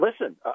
Listen